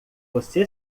você